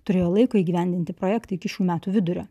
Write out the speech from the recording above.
turėjo laiko įgyvendinti projektą iki šių metų vidurio